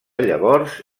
llavors